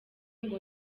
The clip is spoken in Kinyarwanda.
ngo